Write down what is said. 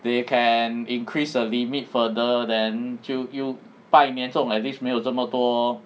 they can increase the limit further then 就又拜年这种 at least 没有这么多